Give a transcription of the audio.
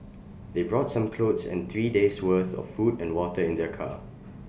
they brought some clothes and three days' worth of food and water in their car